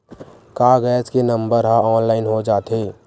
का गैस के नंबर ह ऑनलाइन हो जाथे?